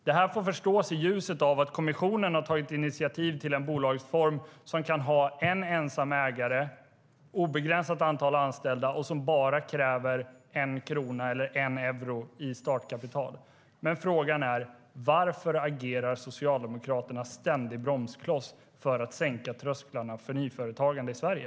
Det får förstås i ljuset av att kommissionen har tagit initiativ till en bolagsform som kan ha en ensam ägare och obegränsat antal anställda och som bara kräver 1 krona eller 1 euro i startkapital. Frågan är: Varför agerar Socialdemokraterna ständigt bromskloss för att sänka trösklarna för nyföretagande i Sverige?